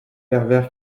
pervers